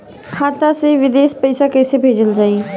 खाता से विदेश पैसा कैसे भेजल जाई?